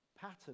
pattern